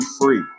free